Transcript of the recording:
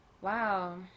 Wow